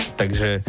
takže